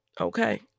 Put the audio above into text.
okay